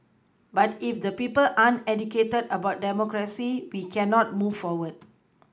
but if the people aren't educated about democracy we cannot move forward